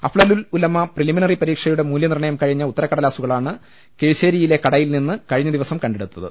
അഫ്ളലുൽ ഉലമ പ്രിലിമിനറി പ്രീക്ഷയുടെ മൂല്യനിർണയം കഴിഞ്ഞ ഉത്തരക്കടലാസുകളാണ് കഴിശേരിയിലെ കടയിൽനിന്ന് കഴിഞ്ഞ ദിവസം കണ്ടെടുത്തത്